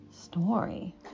Story